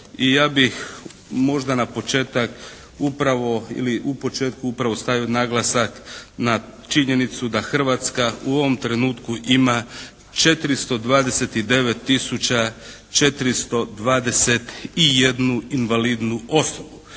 upravo, ili u početku upravo stavio naglasak na činjenicu da Hrvatska u ovom trenutku ima 429 tisuća 421 invalidnu osobu.